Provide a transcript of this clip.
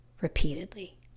repeatedly